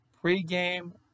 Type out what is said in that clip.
pre-game